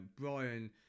Brian